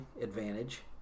advantage